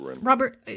Robert